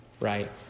right